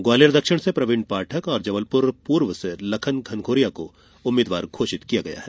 ग्वालियर दक्षिण से प्रवीण पाठक और जबलपुर पूर्व से लखन घनघोरिया को उम्मीद्वार घोषित किया गया है